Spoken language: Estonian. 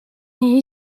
nii